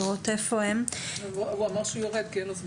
הוא אמר שהוא יורד כי אין לו זמן.